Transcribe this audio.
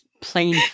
plain